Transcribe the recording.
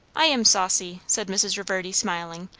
i am saucy, said mrs. reverdy, smiling,